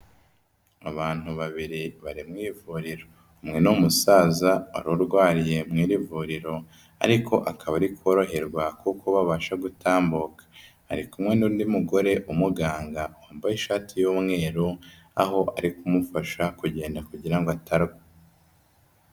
Abantu babiri bari mu ivuriro, umwe ni umusaza wari urwariye muri iri vuriro ariko akaba ari koroherwa kuko ubu abasha gutambuka, ari kumwe n'undi mugore w'umuganga wambaye ishati y'umweru, aho ari kumufasha kugenda kugira ngo atagwa.